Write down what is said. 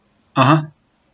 (uh huh)